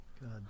God